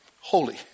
holy